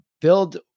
build